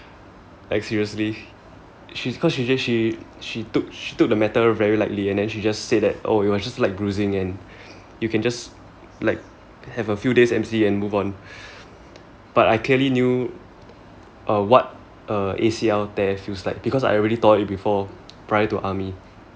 like seriously she cause she just she she took she took the matter very lightly and then she just said that oh it was just light bruising and you can just like have a few days M_C and move on but I clearly knew uh what A_C_L tear feels like because I already tore it before prior to army